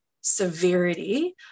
severity